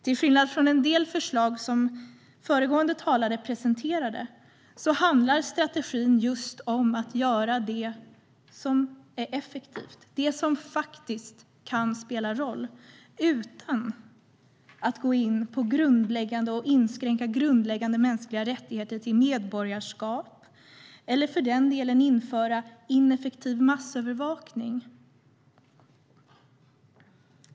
Till skillnad från en del förslag som föregående talare presenterade handlar strategin just om att göra det som är effektivt - det som faktiskt kan spela roll utan att gå in på och inskränka grundläggande mänskliga rättigheter till medborgarskap eller för den delen införa ineffektiv massövervakning.